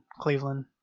Cleveland